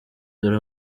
dore